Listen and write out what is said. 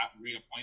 reappoint